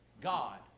God